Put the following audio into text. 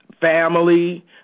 family